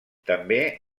també